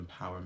empowerment